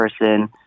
person